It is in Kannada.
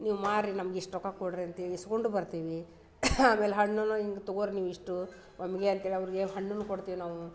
ನೀವು ಮಾರಿ ನಮ್ಗೆ ಇಷ್ಟು ರೊಕ್ಕ ಕೊಡಿರಿ ಅಂತೇಳಿ ಇಸ್ಕೊಂಡು ಬರ್ತೀವಿ ಆಮೇಲೆ ಹಣ್ಣೂ ಹಿಂಗೆ ತಗೋರಿ ನೀವು ಇಷ್ಟು ಒಮ್ಮೆಗೆ ಅಂತೇಳಿ ಅವ್ರಿಗೆ ಹಣ್ಣನ್ನೂ ಕೊಡ್ತೀವಿ ನಾವು